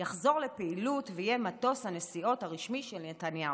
יחזור לפעילות ויהיה מטוס הנסיעות הרשמי של נתניהו.